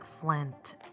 Flint